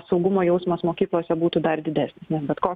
saugumo jausmas mokyklose būtų dar didesnis nes bet ko